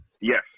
Yes